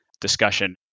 discussion